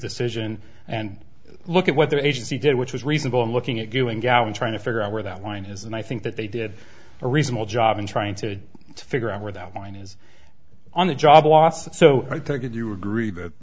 decision and look at what the agency did which was reasonable in looking at doing gavin trying to figure out where that line is and i think that they did a reasonable job in trying to figure out where that line is on the job losses so i take it you agree that